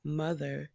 mother